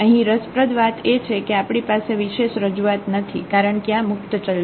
અહીં રસપ્રદ વાત એ છે કે આપણી પાસે વિશેષ રજૂઆત નથી કારણ કે આ મુક્ત ચલ છે